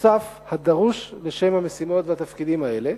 נוסף הדרוש לשם המשימות והתפקידים האלה.